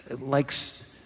likes